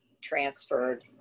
transferred